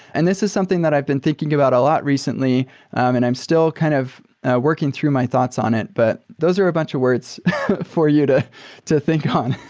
and this is something that i've been thinking about a lot recently and i'm still kind of working through my thoughts on it, but those are a bunch of words for you to to think on.